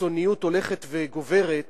וקיצוניות הולכת וגוברת